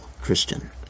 Christian